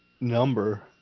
number –